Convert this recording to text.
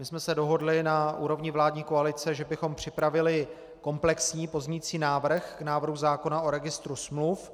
My jsme se dohodli na úrovni vládní koalice, že bychom připravili komplexní pozměňující návrh k návrhu zákona o registru smluv.